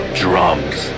drums